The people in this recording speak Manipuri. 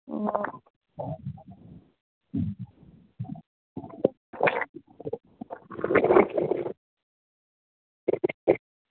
ꯑꯣ